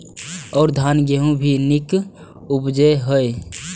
और धान गेहूँ भी निक उपजे ईय?